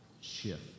shift